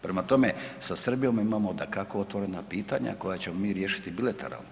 Prema tome, sa Srbijom imamo dakako otvorena pitanja koja ćemo mi riješiti bilateralno.